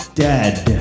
dead